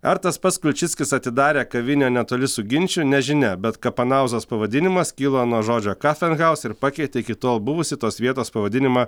ar tas pats kulčickis atidarė kavinę netoli suginčių nežinia bet kapanauzos pavadinimas kilo nuo žodžio kafenhaus ir pakeitė iki tol buvusį tos vietos pavadinimą